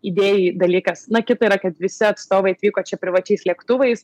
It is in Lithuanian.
idėjai dalykas na kita yra kad visi atstovai atvyko čia privačiais lėktuvais